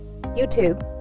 YouTube